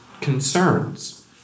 concerns